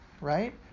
right